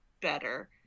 better